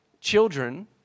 children